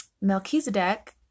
Melchizedek